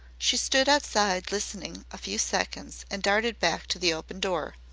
she stood outside listening a few seconds and darted back to the open door,